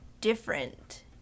different